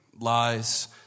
lies